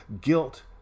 Guilt